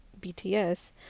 BTS